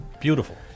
beautiful